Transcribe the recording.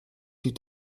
die